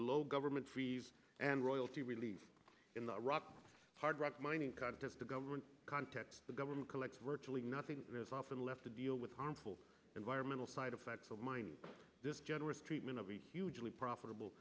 low government freeze and royalty relief in the hard rock mining contest the government context the government collects virtually nothing there is often left to deal with harmful environmental side effects of mining this generous treatment of a hugely profitable